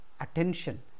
attention